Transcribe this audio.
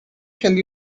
shall